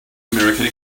american